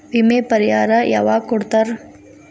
ವಿಮೆ ಪರಿಹಾರ ಯಾವಾಗ್ ಕೊಡ್ತಾರ?